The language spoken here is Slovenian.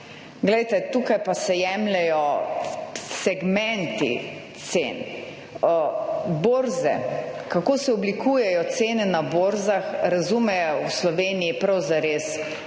poglejte, tukaj pa se jemljejo segmenti cen. Borze, kako se oblikujejo cene na borzah, razumejo v Sloveniji prav zares samo